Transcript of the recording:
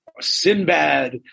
Sinbad